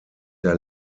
der